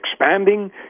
expanding